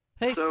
Hey